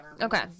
Okay